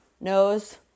nose